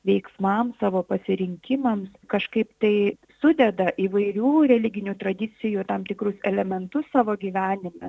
veiksmams savo pasirinkimams kažkaip tai sudeda įvairių religinių tradicijų tam tikrus elementus savo gyvenime